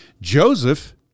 Joseph